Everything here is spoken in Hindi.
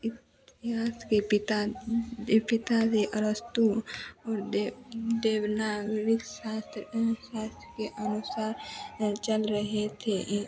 इतिहास के पिता यह पिता थे अरस्तू और देव देवनागरिक शास्त्र शास्त्र के अनुसार चल रहे थे यह